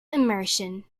immersion